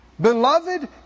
Beloved